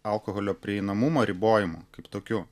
alkoholio prieinamumo ribojimu kaip tokiu